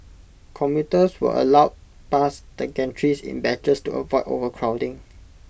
commuters were allowed past the gantries in batches to avoid overcrowding